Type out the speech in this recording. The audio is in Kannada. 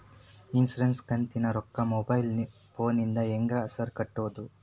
ಇನ್ಶೂರೆನ್ಸ್ ಕಂತಿನ ರೊಕ್ಕನಾ ಮೊಬೈಲ್ ಫೋನಿಂದ ಹೆಂಗ್ ಸಾರ್ ಕಟ್ಟದು?